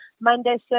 Monday